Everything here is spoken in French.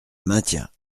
maintiens